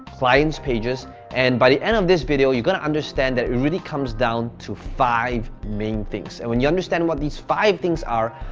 client's pages and by the end of this video, you're gonna understand that it really comes down to five main things. and when you understand what these five things are,